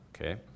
Okay